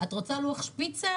את רוצה לוח שפיצר?